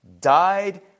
died